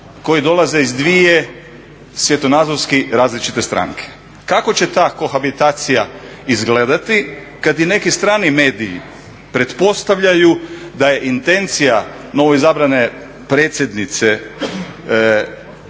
koji dolaze iz dvije svjetonazorski različite stranke. Kako će ta kohabitacija izgledati kada i neki strani mediji pretpostavljaju da je intencija novoizabrane predsjednice